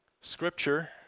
Scripture